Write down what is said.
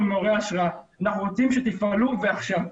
מעוררי השראה; אנחנו רוצים שתפעלו ועכשיו.